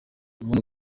ibona